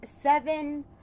seven